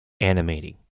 animating